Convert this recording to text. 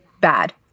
bad